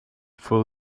for